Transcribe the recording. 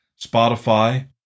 Spotify